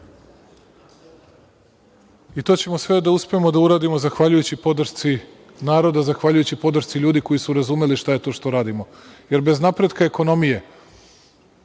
To ćemo sve da uspemo da uradimo zahvaljujući podršci naroda, zahvaljujući podršci ljudi koji su razumeli šta je to što radimo, jer bez napretka ekonomije